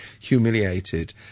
humiliated